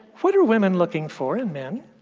what are women looking for in men?